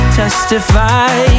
testify